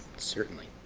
certainly.